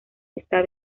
está